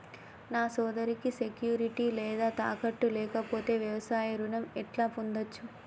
నా సోదరికి సెక్యూరిటీ లేదా తాకట్టు లేకపోతే వ్యవసాయ రుణం ఎట్లా పొందచ్చు?